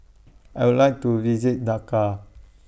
I Would like to visit Dhaka